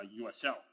USL